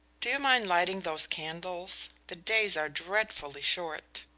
do you mind lighting those candles? the days are dreadfully short.